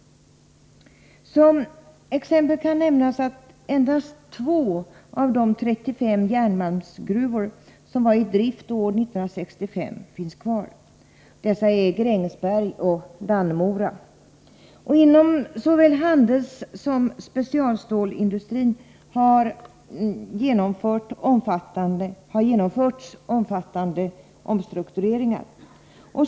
Som exempel kan nämnas att endast 2 av de 35 järnmalmsgruvor som var i drift år 1965 finns kvar. Dessa är Grängesberg och Dannemora. Inom såväl handelssom specialstålsindustrin har genomförts omfattande omstruktureringar.